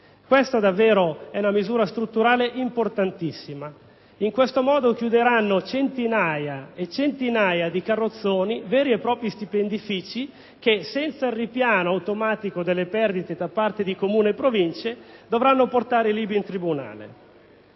Questa è davvero una misura strutturale importantissima: in questo modo chiuderanno centinaia e centinaia di carrozzoni, veri e propri stipendifici che, senza il ripiano automatico delle perdite da parte di Comuni e Province, dovranno portare i libri in tribunale.